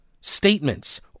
statements